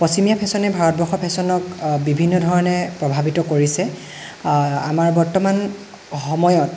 পশ্চিমীয়া ফেশ্বনে ভাৰতবৰ্ষৰ ফেশ্বনক বিভিন্ন ধৰণে প্ৰভাৱিত কৰিছে আমাৰ বৰ্তমান সময়ত